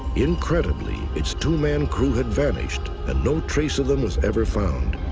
incredibly, its two man crew had vanished. and no trace of them was ever found.